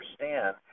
understand